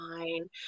fine